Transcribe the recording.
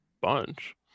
bunch